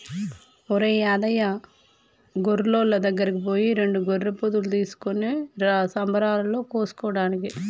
ఒరేయ్ యాదయ్య గొర్రులోళ్ళ దగ్గరికి పోయి రెండు గొర్రెపోతులు తీసుకురా సంబరాలలో కోసుకోటానికి